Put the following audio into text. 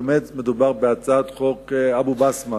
באמת מדובר ב"הצעת חוק אבו-בסמה",